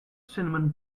cinnamon